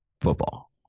football